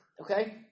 okay